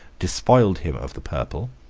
despoiled him of the purple,